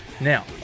Now